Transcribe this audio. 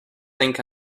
think